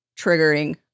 triggering